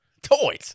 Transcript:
Toys